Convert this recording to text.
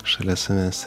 šalia savęs